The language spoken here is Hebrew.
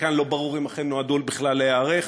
שחלקן לא ברור אם אכן נועדו בכלל להיערך,